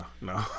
no